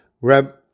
Reb